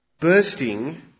bursting